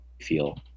feel